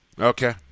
okay